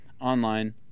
online